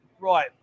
Right